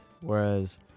Whereas